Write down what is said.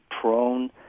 prone